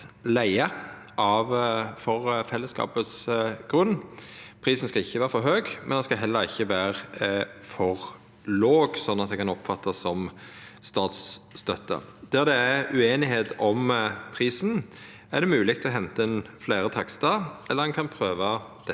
leige for fellesskapets grunn. Prisen skal ikkje vera for høg, men heller ikkje for låg, slik at det kan oppfattast som statsstøtte. Der det er ueinigheit om prisen, er det mogleg å henta inn fleire takstar, eller ein kan prøva dette